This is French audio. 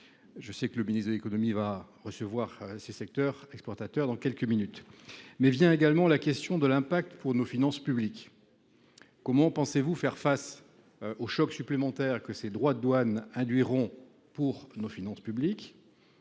Je sais que le ministre de l’économie s’apprête à recevoir les représentants de ces secteurs exportateurs dans quelques minutes. Ensuite se pose la question de l’impact pour nos finances publiques. Comment comptez vous faire face au choc supplémentaire que ces droits de douane induiront pour nos finances publiques,